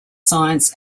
science